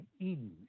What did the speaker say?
Eden